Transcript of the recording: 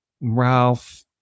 ralph